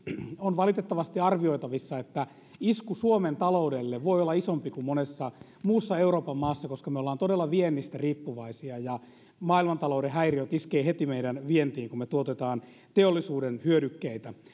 on valitettavasti arvioitavissa että isku suomen taloudelle voi olla isompi kuin monessa muussa euroopan maassa koska me olemme todella viennistä riippuvaisia ja maailmantalouden häiriöt iskevät heti meidän vientiimme kun me tuotamme teollisuuden hyödykkeitä